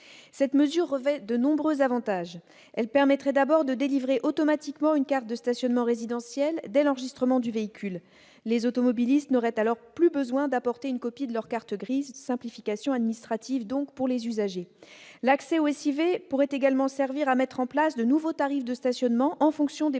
Cette mesure revêt de nombreux avantages. Elle permettrait d'abord de délivrer automatiquement une carte de stationnement résidentielle dès l'enregistrement du véhicule. Les automobilistes n'auraient plus besoin d'apporter une copie de leur carte grise ; il s'agit donc d'une simplification administrative pour les usagers. L'accès au SIV pourrait également servir à mettre en place de nouveaux tarifs de stationnement en fonction des préoccupations